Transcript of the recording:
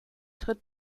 tritt